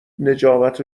نجابت